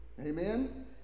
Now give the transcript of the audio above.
Amen